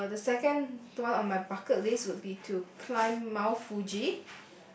uh the second one on my bucket list would be to climb Mount-Fuji